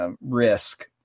risk